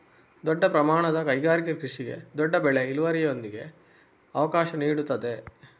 ದೊಡ್ಡ ಪ್ರಮಾಣದ ಕೈಗಾರಿಕಾ ಕೃಷಿಗೆ ದೊಡ್ಡ ಬೆಳೆ ಇಳುವರಿಯೊಂದಿಗೆ ಅವಕಾಶ ನೀಡುತ್ತದೆ